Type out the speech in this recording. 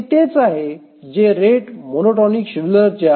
हे तेच आहे जे रेट मोनोटोनिक शेड्युलरच्या rate monotonic scheduler